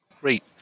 Great